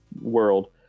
world